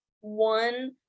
one